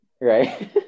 right